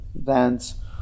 events